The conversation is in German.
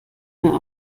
mehr